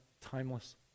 timeless